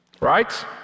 right